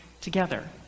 together